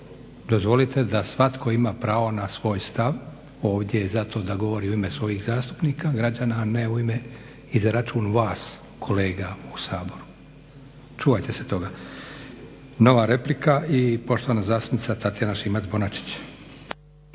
Dozvolite da svatko ima pravo na svoj stav ovdje je zato da govori u ime svojih zastupnika, građana a ne u ime i za račun vas kolega u Saboru. Čuvajte se toga. Nova replika i poštovana zastupnica Tatjana Šimac-Bonačić.